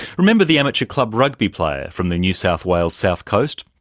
remember the amateur club rugby player from the new south wales south coast?